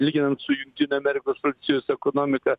lyginant su jungtinių amerikos valstijos ekonomika